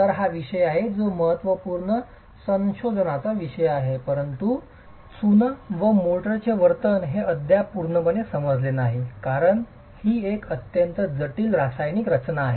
तर हा विषय आहे जो महत्त्वपूर्ण संशोधनाचा विषय आहे चुना मोर्टारचे वर्तन हे अद्याप पूर्णपणे समजले नाही कारण ही एक अत्यंत जटिल रासायनिक रचना आहे